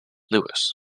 lewis